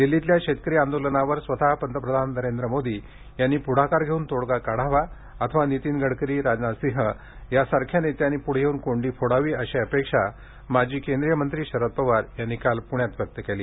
दिल्लीतल्या शेतकरी आंदोलनावर स्वतः पंतप्रधान मोदी यांनी पुढाकार धेऊन तोङगा काढावा अथवा नितीन गडकरी राजनाथ सिंह यासारख्या नेत्यांनी पुढे येऊन कोंडी फोडावी अशी अपेक्षा माजी केंद्रीय मंत्री शरद पवार यांनी काल पुण्यात व्यक्त केली